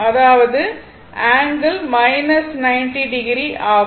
அதாவது அது 90 oஆகும்